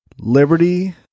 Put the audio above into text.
Liberty